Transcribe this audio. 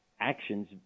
actions